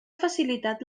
facilitat